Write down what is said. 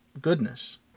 goodness